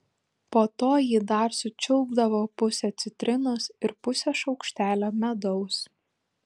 po to ji dar sučiulpdavo pusę citrinos ir pusę šaukštelio medaus